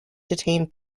detain